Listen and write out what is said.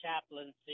chaplaincy